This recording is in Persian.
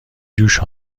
جوش